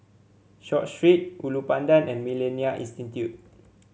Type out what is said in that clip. Short Street Ulu Pandan and MillenniA Institute